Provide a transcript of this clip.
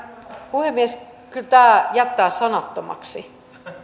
puhemies kyllä tämä jättää sanattomaksi